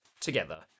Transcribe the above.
together